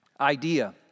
idea